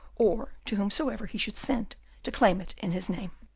or to whomsoever he should send to claim it in his name.